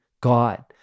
God